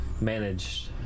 managed